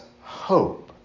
hope